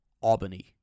Albany